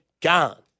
gone